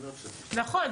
נכון.